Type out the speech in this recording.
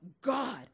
God